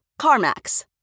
CarMax